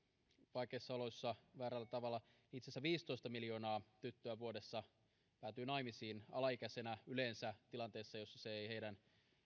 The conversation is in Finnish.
vaikeissa oloissa väärällä tavalla itse asiassa viisitoista miljoonaa tyttöä vuodessa päätyy naimisiin alaikäisenä yleensä tilanteessa jossa se ei heidän